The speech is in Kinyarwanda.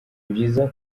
byiza